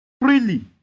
freely